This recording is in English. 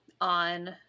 on